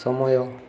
ସମୟ